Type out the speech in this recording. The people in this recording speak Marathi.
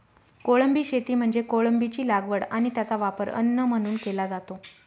कोळंबी शेती म्हणजे कोळंबीची लागवड आणि त्याचा वापर अन्न म्हणून केला जातो